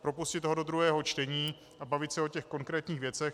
Propustit ho do druhého čtení a bavit se o těch konkrétních věcech.